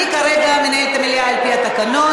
אני כרגע מנהלת את המליאה, על-פי התקנון.